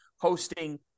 hosting